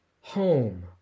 home